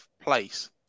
place